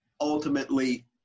ultimately